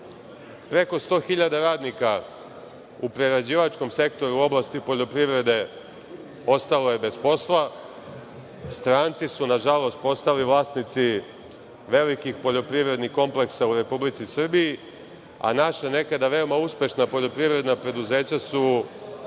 Preko 100 hiljada radnika u prerađivačkom sektoru u oblasti poljoprivrede ostalo je bez posla. Stranci su nažalost, postali vlasnici velikih poljoprivrednih kompleksa u Republici Srbiji, a naša nekada veoma uspešna poljoprivredna preduzeća su